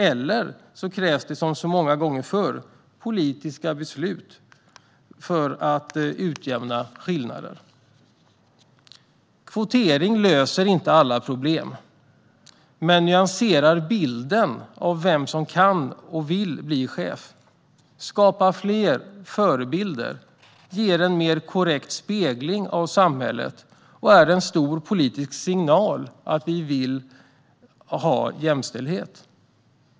Eller så tänker man att det som så många gånger förut krävs politiska beslut för att utjämna skillnader. Kvotering löser inte alla problem men nyanserar bilden av vem som kan och vill bli chef, skapar fler förebilder, ger en mer korrekt spegling av samhället och är en stor politisk signal om viljan till jämställdhet.